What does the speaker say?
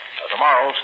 Tomorrow